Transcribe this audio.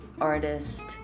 artist